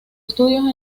estudios